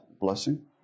blessing